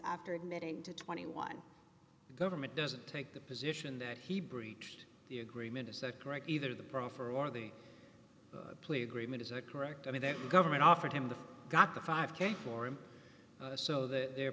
after admitting to twenty one the government doesn't take the position that he breached the agreement is that correct either the proffer or the plea agreement is a correct i mean that the government offered him the got the five k for him so that the